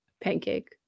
Pancake